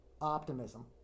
optimism